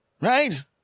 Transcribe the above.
Right